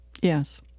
Yes